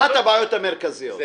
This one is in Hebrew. אחת הבעיות המרכזיות.